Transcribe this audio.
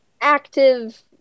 active